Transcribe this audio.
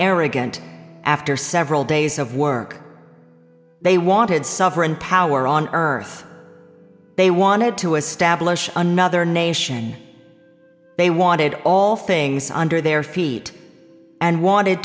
arrogant after several days of work they wanted suffer and power on earth they wanted to establish another nation they wanted all things under their feet and wanted